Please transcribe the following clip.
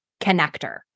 connector